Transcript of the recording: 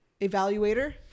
evaluator